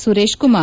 Suresh Kumar